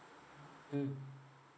mm